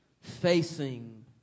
Facing